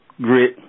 grit